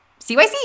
CYC